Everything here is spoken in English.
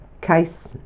case